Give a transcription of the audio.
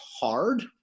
hard